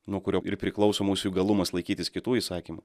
nuo kurio ir priklauso mūsų įgalumas laikytis kitų įsakymų